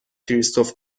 کریستف